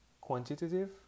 quantitative